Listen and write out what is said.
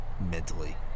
Mentally